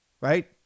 right